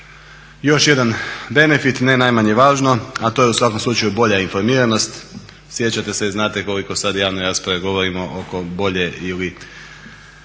još jedan benefit, ne najmanje važno a to je u svakom slučaju bolja informiranost. Sjećate se i znate koliko sada javne rasprave govorimo oko bolje ili